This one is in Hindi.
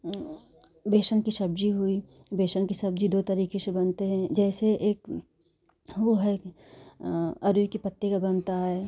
बेसन की सब्ज़ी हुई बेसन की सब्ज़ी दो तरीके से बनते हैं जैसे एक वह है अरबी के पत्ते का बनता है